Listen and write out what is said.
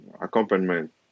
accompaniment